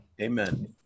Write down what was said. amen